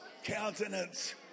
countenance